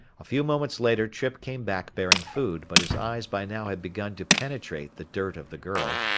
a few moments later trippe came back bearing food, but his eyes by now had begun to penetrate the dirt of the girl,